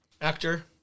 Actor